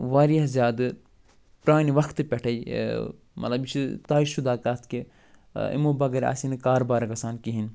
وارِیاہ زیادٕ پرٛانہِ وقتہٕ پٮ۪ٹھَے مطلب یہِ چھُ طے شُدا کَتھ کہِ یِمو بغٲر آسہِ ہے نہٕ کاربار گَژھان کِہیٖنۍ